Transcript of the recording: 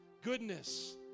Goodness